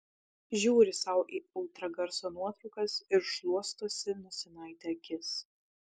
žiūri sau į ultragarso nuotraukas ir šluostosi nosinaite akis